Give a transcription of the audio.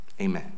Amen